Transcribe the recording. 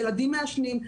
ילדים מעשנים.